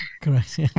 Correct